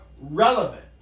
relevant